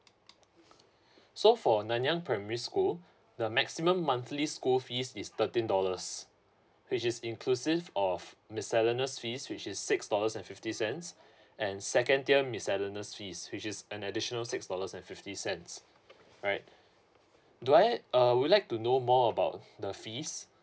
so for nanyang primary school the maximum monthly school fees is thirteen dollars which is inclusive of miscellaneous fees which is six dollars and fifty cents and second tier miscellaneous fees which is an additional six dollars and fifty cents right do I uh would like to know more about the fees